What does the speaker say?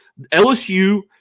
LSU